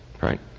Right